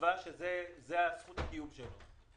הקצבה שזאת זכות הקיום שלו.